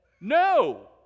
no